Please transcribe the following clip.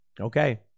Okay